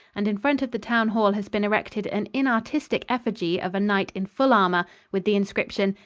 and in front of the town hall has been erected an inartistic effigy of a knight in full armour, with the inscription,